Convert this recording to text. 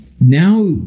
Now